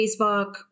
Facebook